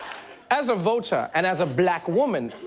as a voter and as a black woman.